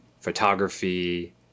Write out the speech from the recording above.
photography